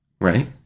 Right